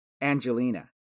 Angelina